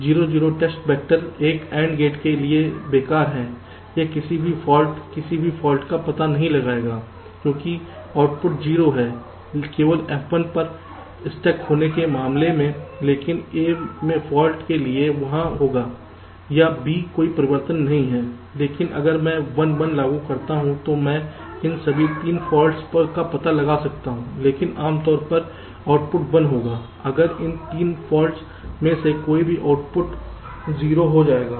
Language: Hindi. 0 0 टेस्ट वेक्टर एक AND गेट के लिए बेकार है यह किसी भी फाल्ट किसी भी फाल्ट का पता नहीं लगाएगा क्योंकि आउटपुट 0 है केवल F 1 पर स्टक होने के मामले में लेकिन A में फाल्ट के लिए वहाँ होगा या B कोई परिवर्तन नहीं है लेकिन अगर मैं 1 1 लागू करता हूं तो मैं इन सभी 3 फॉल्ट्स का पता लगा सकता हूं क्योंकि आम तौर पर आउटपुट 1 होगा अगर इन 3 फॉल्ट्स में से कोई भी आउटपुट 0 हो जाएगा